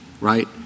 right